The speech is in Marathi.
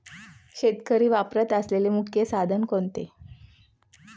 शेतकरी वापरत असलेले मुख्य साधन कोणते?